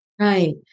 Right